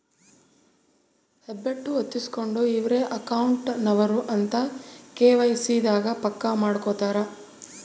ಹೆಬ್ಬೆಟ್ಟು ಹೊತ್ತಿಸ್ಕೆಂಡು ಇವ್ರೆ ಅಕೌಂಟ್ ನವರು ಅಂತ ಕೆ.ವೈ.ಸಿ ದಾಗ ಪಕ್ಕ ಮಾಡ್ಕೊತರ